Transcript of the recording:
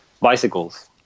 Bicycles